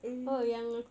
mm